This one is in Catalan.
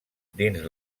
dins